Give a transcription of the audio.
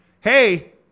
hey